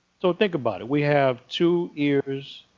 so think about it. we have two ears,